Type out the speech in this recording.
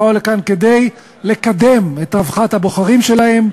באו לכאן כדי לקדם את רווחת הבוחרים שלהם,